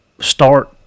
start